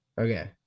Okay